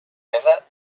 river